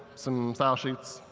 some style sheets,